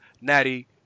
Natty